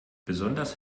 besonders